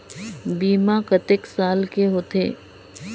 बीमा कतेक साल के होथे?